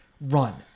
Run